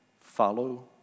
Follow